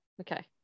Okay